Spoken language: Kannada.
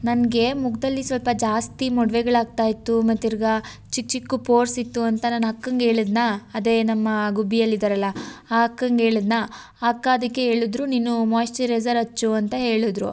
ನನಗೆ ಮುಖದಲ್ಲಿ ಸ್ವಲ್ಪ ಜಾಸ್ತಿ ಮೊಡವೆಗಳಾಗ್ತಾ ಇತ್ತು ಮತ್ತೆ ತಿರಗಾ ಚಿಕ್ಕ ಚಿಕ್ಕ ಪೋರ್ಸ್ ಇತ್ತು ಅಂತ ನಾನು ಅಕ್ಕಂಗೆ ಹೇಳಿದ್ನ ಅದೇ ನಮ್ಮ ಗುಬ್ಬಿಯಲ್ಲಿದ್ದಾರಲ್ಲಾ ಆ ಅಕ್ಕಂಗೆ ಹೇಳಿದ್ನಾ ಆ ಅಕ್ಕ ಅದಕ್ಕೆ ಹೇಳದ್ರು ನೀನು ಮಾಯಿಶ್ಚರೈಸರ್ ಹಚ್ಚು ಅಂತ ಹೇಳದ್ರು